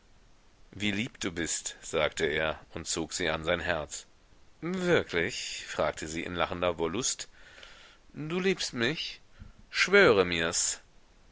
wie lieb du bist sagte er und zog sie an sein herz wirklich fragte sie in lachender wollust du liebst mich schwöre mirs